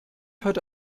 heute